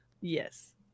Yes